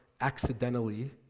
accidentally